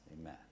amen